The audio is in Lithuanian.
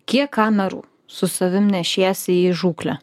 kiek kamerų su savim nešiesi į žūklę